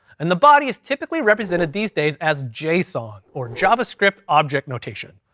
and the body is typically represented these days as json, or javascript object notation.